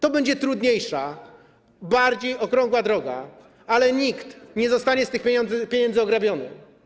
To będzie trudniejsza, bardziej okrągła droga, ale nikt nie zostanie z tych pieniędzy ograbiony.